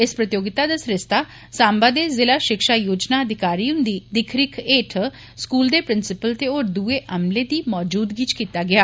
इस प्रतियोगिता दा सरिस्ता सांबा दे जिला शिक्षा योजना अधिकारी हुन्दी दिक्ख रिक्ख हेठ स्कूल दे प्रिंसीपल ते होर दूए अमले दी मजूदगी च कीता गेआ